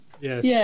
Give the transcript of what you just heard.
Yes